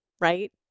right